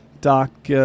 Doc